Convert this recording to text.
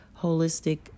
holistic